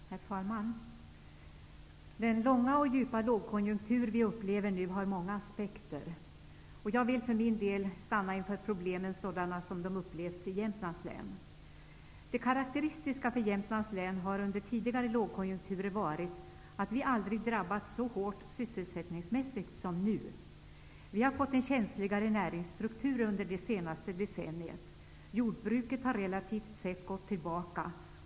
Herr talman! Den långa och djupa lågkonjunktur vi upplever nu har många aspekter. Jag vill för min del stanna inför problemen sådana de upplevs i Det karakteristiska för Jämtlands län är att vi under tidigare lågkonjunkturer aldrig har drabbats så hårt sysselsättningsmässigt som nu. Vi har fått en känsligare näringsstruktur under det senaste decenniet. Jordbruket har relativt sett gått tillbaka.